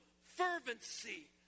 fervency